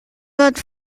wird